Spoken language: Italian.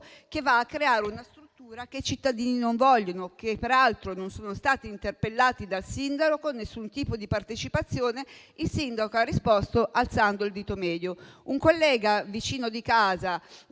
e nel creare una struttura che i cittadini non vogliono? I cittadini peraltro non sono stati interpellati dal sindaco con nessun tipo di partecipazione; il sindaco ha risposto alzando il dito medio.